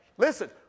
Listen